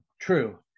true